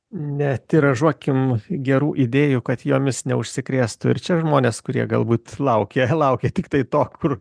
netiražuokim gerų idėjų kad jomis neužsikrėstų ir čia žmones kurie galbūt laukė laukė tiktai to kur